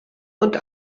und